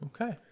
Okay